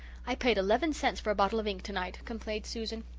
i paid eleven cents for a bottle of ink tonight, complained susan.